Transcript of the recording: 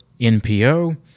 NPO